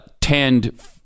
tend